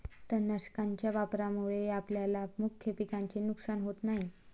तणनाशकाच्या वापरामुळे आपल्या मुख्य पिकाचे नुकसान होत नाही